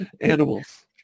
Animals